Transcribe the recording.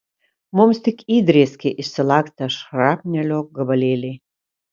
mums tik įdrėskė išsilakstę šrapnelio gabalėliai